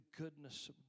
goodness